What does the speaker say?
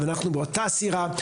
אבל אנחנו באותה סירה,